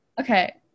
Okay